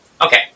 Okay